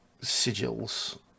sigils